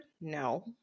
No